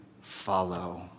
follow